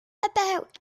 about